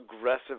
aggressive